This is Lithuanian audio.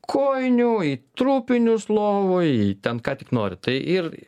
kojinių į trupinius lovoj į ten ką tik nori tai ir